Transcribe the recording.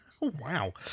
Wow